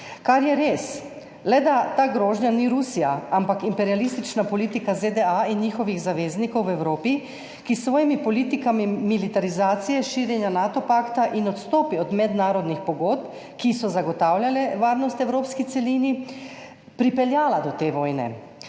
kar je res, le da ta grožnja ni Rusija, ampak imperialistična politika ZDA in njihovih zaveznikov v Evropi, ki so s svojimi politikami militarizacije, širjenja pakta Nato in odstopi od mednarodnih pogodb, ki so zagotavljale varnost evropski celini, pripeljali do te vojne.